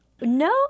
No